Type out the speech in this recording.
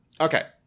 Okay